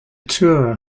tour